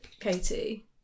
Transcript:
Katie